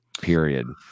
period